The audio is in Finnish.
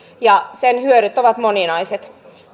sen hyödyt ovat moninaiset